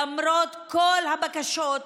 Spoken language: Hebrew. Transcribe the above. למרות כל הבקשות,